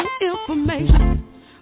information